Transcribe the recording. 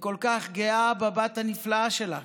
וכל כך גאה בבת הנפלאה שלך.